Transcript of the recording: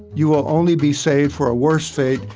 you will only be safe for a worse fate,